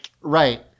Right